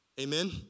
Amen